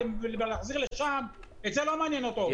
ולהחזיר לשם - זה לא מעניין אותו.